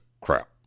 crap